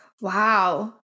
Wow